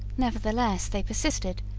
nevertheless they persisted,